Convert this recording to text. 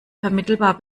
vermittelbar